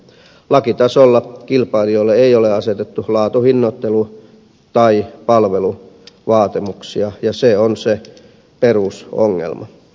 lakitasolla kilpailijoille ei ole asetettu laatu hinnoittelu tai palveluvaatimuksia ja se on se perusongelma